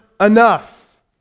enough